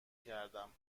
کردم